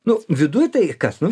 nu viduj tai kas nu